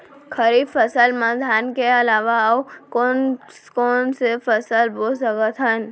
खरीफ फसल मा धान के अलावा अऊ कोन कोन से फसल बो सकत हन?